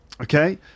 Okay